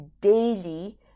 daily